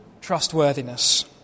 trustworthiness